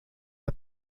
der